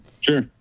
Sure